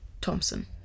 Thompson